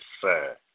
sir